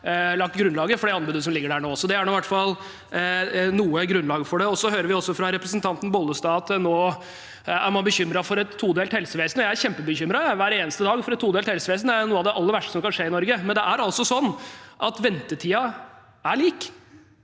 for det anbudet som ligger der nå. Så det er i hvert fall noe grunnlag for det. Så hører vi også fra representanten Bollestad at nå er man bekymret for et todelt helsevesen, og jeg er kjempebekymret hver eneste dag, for et todelt helsevesen er noe av det aller verste som kan skje i Norge. Men det er altså sånn at ventetiden er lik,